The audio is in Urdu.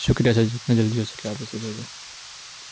شکریہ سر جتنی جلدی ہو سکے آپ اسے بھیجیں